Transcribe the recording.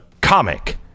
comic